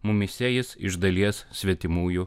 mumyse jis iš dalies svetimųjų